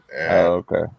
okay